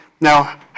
Now